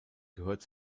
gehört